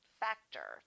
factor